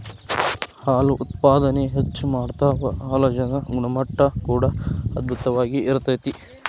ಹಾಲು ಉತ್ಪಾದನೆ ಹೆಚ್ಚ ಮಾಡತಾವ ಹಾಲಜನ ಗುಣಮಟ್ಟಾ ಕೂಡಾ ಅಧ್ಬುತವಾಗಿ ಇರತತಿ